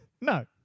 No